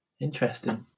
Interesting